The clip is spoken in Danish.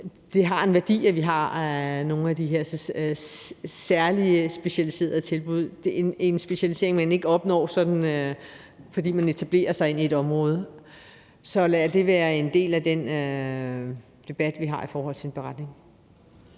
det har en værdi, at vi har nogle af de her særlig specialiserede tilbud. Det er en specialisering, man ikke opnår, sådan fordi man etablerer sig ind i et område. Så lad det være en del af den debat, vi har i forhold til en beretning.